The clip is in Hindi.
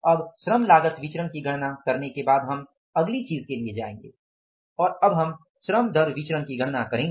अब श्रम लागत विचरण की गणना करने के बाद हम अगली चीज़ के लिए जाएंगे और अब हम श्रम दर विचरण की गणना करेंगे